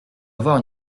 avoir